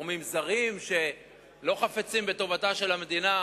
גורמים זרים שלא חפצים בטובתה של המדינה,